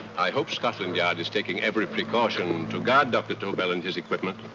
i hope scotland yard is taking every precaution to guard dr. tobel and his equipment.